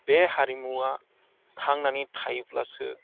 बे हारिमुआ थांनानै थायोब्लासो